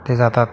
ते जातात